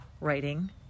Writing